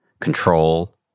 control